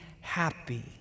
happy